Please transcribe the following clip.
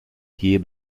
hier